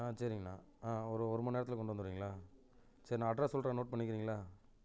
ஆ சரிங்கண்ணா ஆ ஒரு ஒரு மணிநேரத்தில் கொண்டு வந்துருவீங்களா சரி நான் அட்ரஸ் சொல்கிறேன் நோட் பண்ணிக்கிறீங்களா